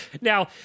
Now